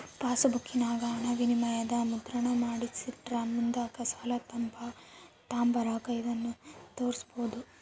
ಪಾಸ್ಬುಕ್ಕಿನಾಗ ಹಣವಿನಿಮಯದ ಮುದ್ರಣಾನ ಮಾಡಿಸಿಟ್ರ ಮುಂದುಕ್ ಸಾಲ ತಾಂಬಕಾರ ಇದನ್ನು ತೋರ್ಸ್ಬೋದು